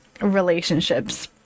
relationships